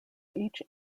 each